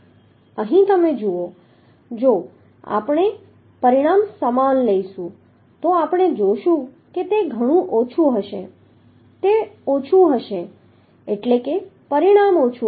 અહીં તમે જુઓ જો આપણે પરિણામ લઈશું તો આપણે જોશું કે તે ઘણું ઓછું હશે તે ઓછું હશે પરિણામ ઓછું હશે